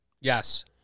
Yes